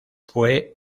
fue